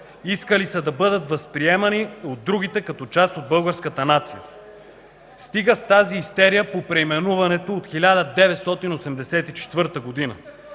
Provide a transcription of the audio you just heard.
Искали са да бъдат възприемани от другите като част от българската нация. Стига с тази истерия по преименуването от 1984 г.!